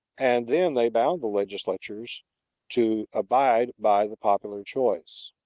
and then they bound the legislatures to abide by the popular choice.